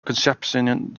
conception